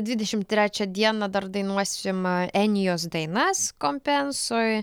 dvidešimt trečią dieną dar dainuosim enijos dainas kompensoj